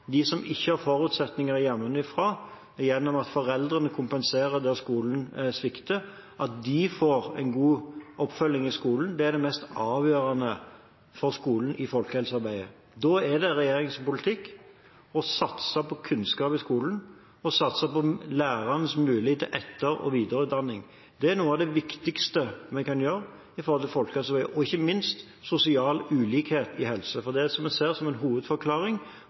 de som ikke har forutsetninger hjemmefra gjennom at foreldrene kompenserer der skolen svikter, får en god oppfølging i skolen. Det er det mest avgjørende for skolen i folkehelsearbeidet. Da er regjeringens politikk å satse på kunnskap i skolen og på lærernes mulighet til etter- og videreutdanning. Det er noe av det viktigste vi kan gjøre når det gjelder folkehelsen – og ikke minst sosial ulikhet i helse. Det vi ser som en hovedforklaring